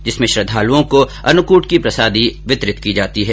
जिसमें श्रद्धालुओं को अन्नकृट की प्रसादी वितरीत की जाती है